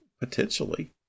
potentially